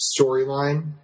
storyline